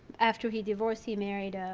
after he divorced, he married ah